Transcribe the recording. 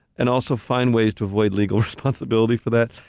and also find ways to avoid legal responsibility for that.